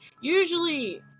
usually